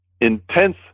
intense